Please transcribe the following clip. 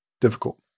difficult